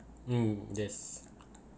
mm yes